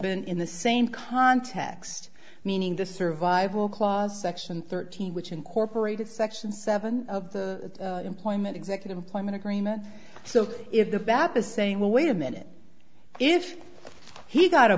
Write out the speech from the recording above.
been in the same context meaning the survival clause section thirteen which incorporated section seven of the employment executive employment agreement so if the baptists saying well wait a minute if he got a